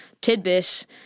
tidbit